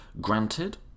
Granted